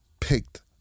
picked